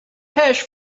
hash